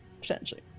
potentially